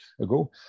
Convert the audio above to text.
ago